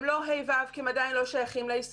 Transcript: הם לא ה'-ו' כי הם עדיין לא שייכים ליסודי,